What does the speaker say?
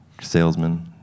salesman